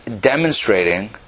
demonstrating